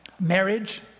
marriage